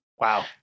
Wow